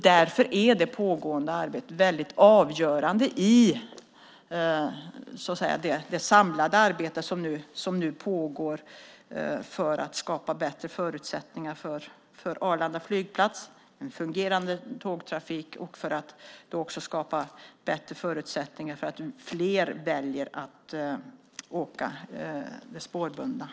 Därför är det pågående arbetet avgörande i det samlade arbete som nu pågår för att skapa bättre förutsättningar för Arlanda flygplats, för en fungerande tågtrafik och också för att fler ska välja att åka spårbundet.